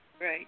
Right